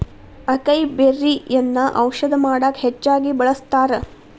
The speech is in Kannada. ಅಕೈಬೆರ್ರಿಯನ್ನಾ ಔಷಧ ಮಾಡಕ ಹೆಚ್ಚಾಗಿ ಬಳ್ಸತಾರ